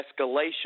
escalation